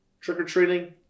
trick-or-treating